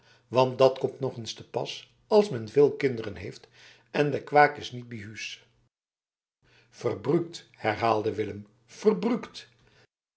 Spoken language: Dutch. want dat komt nog eens te pas als men veel kinderen heeft en de quack is niet bi huus verbruukt herhaalde willem verbruukt